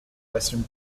western